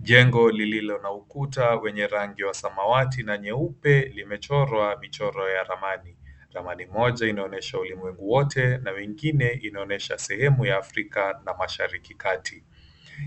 Jengo lililo na ukuta wenye rangi ya samawati na nyeupe limechorwa michoro ya ramani, ramani moja inaonyesha ulimwengubwote na nyingine inaonyesha sehemu ya Afrika na Mashariki kati